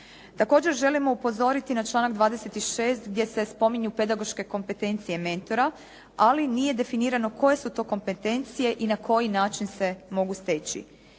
Također želimo upozoriti na članak 26. gdje se spominju pedagoške kompetencije mentora, ali nije definirano koje su to kompetencije i na koji način se mogu steći.